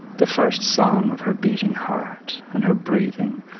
the first song of her beating heart and her breathing,